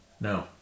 No